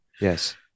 Yes